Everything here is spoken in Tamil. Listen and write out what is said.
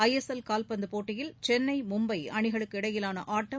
ஐ எஸ் எல் கால்பந்து போட்டியில் சென்னை மும்பை அணிகளுக்கிடையிலான ஆட்டம்